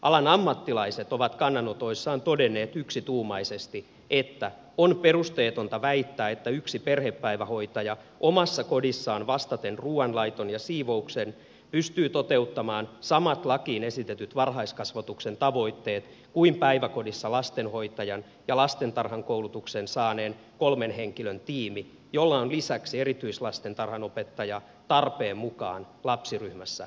alan ammattilaiset ovat kannanotoissaan todenneet yksituumaisesti että on perusteetonta väittää että yksi perhepäivähoitaja omassa kodissaan vastaten ruoanlaitosta ja siivouksesta pystyy toteuttamaan samat lakiin esitetyt varhaiskasvatuksen tavoitteet kuin päiväkodissa lastenhoitajan ja lastentarhanopettajan koulutuksen saanut kolmen henkilön tiimi jolla on lisäksi erityislastentarhanopettaja tarpeen mukaan lapsiryhmässä mukana